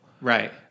Right